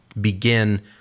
begin